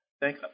thank